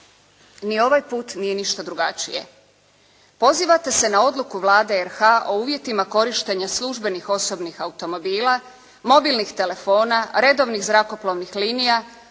Ni ovaj puta nije ništa drugačije. Pozivate se na odluku Vlade RH o uvjetima korištenja službenih osobnih automobila, mobilnih telefona, redovnih zrakoplovnih linija,